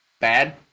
Bad